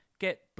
get